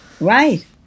Right